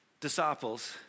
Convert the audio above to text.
disciples